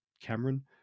cameron